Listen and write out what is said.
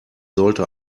sollte